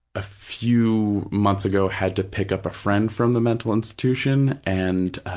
a few months ago, had to pick up a friend from the mental institution, and